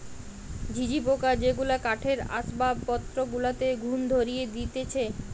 ঝিঝি পোকা যেগুলা কাঠের আসবাবপত্র গুলাতে ঘুন ধরিয়ে দিতেছে